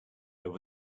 there